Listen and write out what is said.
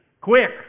Quick